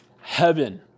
heaven